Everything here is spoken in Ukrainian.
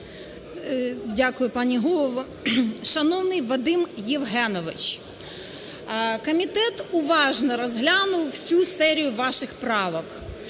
Дякую, пані голово! Шановний Вадим Євгенович! Комітет уважно розглянув всю серію ваших правок.